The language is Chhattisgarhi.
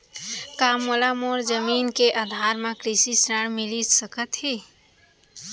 का मोला मोर जमीन के आधार म कृषि ऋण मिलिस सकत हे?